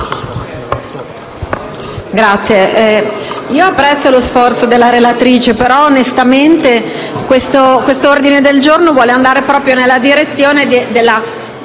Presidente, apprezzo lo sforzo della relatrice, ma onestamente l'ordine del giorno vuole andare proprio nella direzione della massima